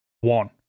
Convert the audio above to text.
one